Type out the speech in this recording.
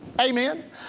Amen